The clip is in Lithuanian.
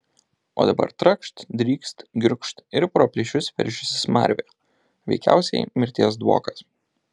o dabar trakšt drykst girgžt ir pro plyšius veržiasi smarvė veikiausiai mirties dvokas